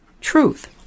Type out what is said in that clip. truth